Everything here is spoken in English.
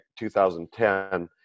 2010